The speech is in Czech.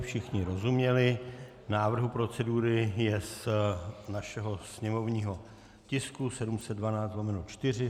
Všichni rozuměli návrhu procedury, je z našeho sněmovního tisku 712/4.